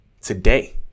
today